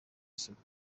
isuku